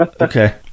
Okay